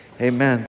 amen